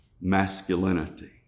masculinity